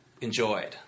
enjoyed